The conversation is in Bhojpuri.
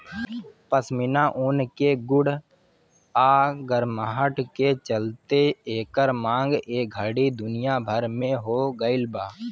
पश्मीना ऊन के गुण आ गरमाहट के चलते एकर मांग ए घड़ी दुनिया भर में हो गइल बा